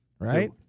right